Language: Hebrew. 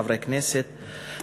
חברי כנסת,